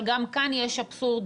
אבל גם כן יש אבסורדים,